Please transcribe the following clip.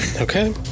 Okay